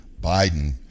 Biden